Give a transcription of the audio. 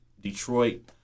Detroit